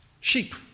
sheep